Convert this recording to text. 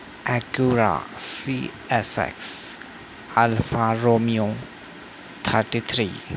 Acura C S X Alfa romeo thirty three